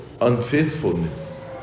unfaithfulness